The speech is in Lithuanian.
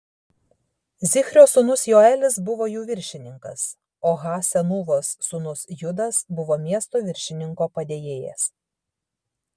zichrio sūnus joelis buvo jų viršininkas o ha senūvos sūnus judas buvo miesto viršininko padėjėjas